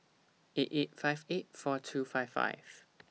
eight eight five eight four two five five